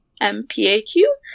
M-P-A-Q